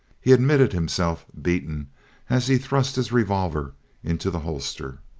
he admitted himself beaten as he thrust his revolver into the holster.